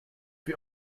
wir